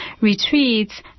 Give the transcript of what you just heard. retreats